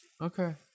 Okay